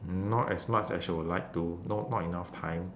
not as much as I would like to no not enough time